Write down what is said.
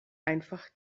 einfach